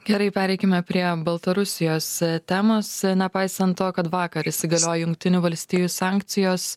gerai pereikime prie baltarusijos temos nepaisant to kad vakar įsigaliojo jungtinių valstijų sankcijos